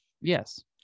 Yes